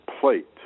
plate